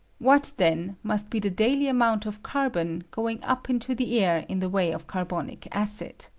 what, then, must be the dady amount of carbon going up into the air in the way of carbonic acid!